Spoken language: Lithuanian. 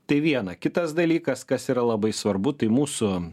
tai viena kitas dalykas kas yra labai svarbu tai mūsų